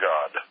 God